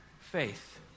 faith